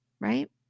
Right